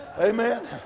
Amen